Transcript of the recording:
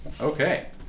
Okay